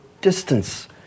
distance